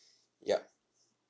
yup